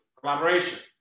collaboration